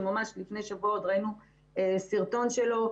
ממש לפני שבוע ראינו סרטון שלו,